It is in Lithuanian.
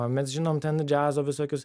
mes žinom ten džiazo visokius